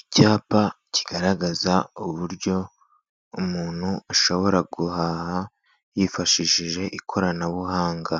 Icyapa kigaragaza uburyo umuntu ashobora guhaha yifashishije ikoranabuhanga,